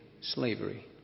slavery